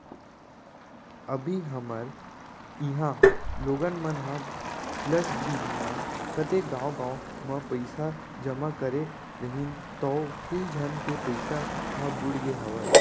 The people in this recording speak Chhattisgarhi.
अभी हमर इहॉं लोगन मन ह प्लस ग्रीन म कतेक गॉंव गॉंव म पइसा जमा करे रहिन तौ कइ झन के पइसा ह बुड़गे हवय